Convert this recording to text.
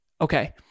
Okay